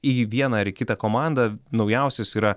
į vieną ar į kitą komandą naujausias yra